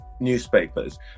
newspapers